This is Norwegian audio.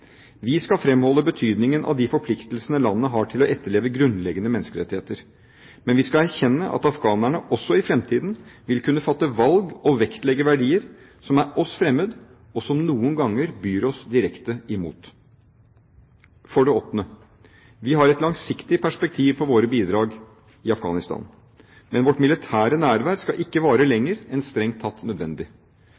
Vi skal fremholde betydningen av de forpliktelsene landet har til å etterleve grunnleggende menneskerettigheter. Men vi skal erkjenne at afghanerne også i fremtiden vil kunne fatte valg og vektlegge verdier som er oss fremmed, og som noen ganger byr oss direkte imot. For det åttende: Vi har et langsiktig perspektiv på våre bidrag i Afghanistan. Men vårt militære nærvær skal ikke vare